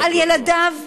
תהייה עם השלוש דקות.